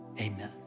amen